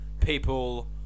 people